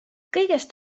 kõigest